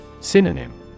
Synonym